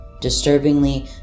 Disturbingly